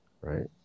right